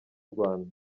rwanda